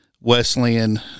Wesleyan